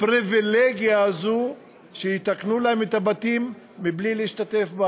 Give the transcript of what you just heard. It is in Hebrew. הפריבילגיה הזאת שיתקנו להם את הבתים בלי להשתתף,